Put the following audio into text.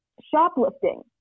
shoplifting